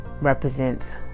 represents